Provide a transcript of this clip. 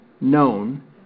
known